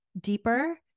deeper